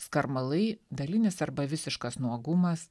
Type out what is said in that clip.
skarmalai dalinis arba visiškas nuogumas